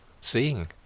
seeing